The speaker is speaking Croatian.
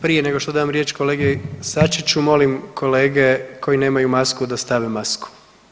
Prije nego što dam riječ kolegi Sačiću molim kolege koji nemaju masku da stave masku.